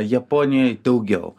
japonijoj daugiau